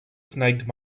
snagged